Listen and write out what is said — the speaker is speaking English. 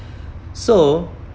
so